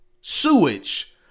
sewage